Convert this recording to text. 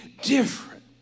different